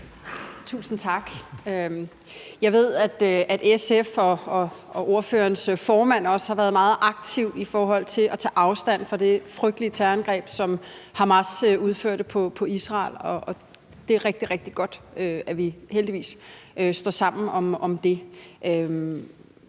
Tusind tak. Jeg ved, at SF og ordførerens formand også har været meget aktive i forhold til at tage afstand fra det frygtelige terrorangreb, som Hamas udførte på Israel, og det er rigtig, rigtig godt, at vi heldigvis står sammen om det.